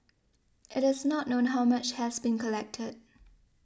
it is not known how much has been collected